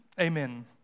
Amen